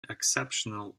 exceptional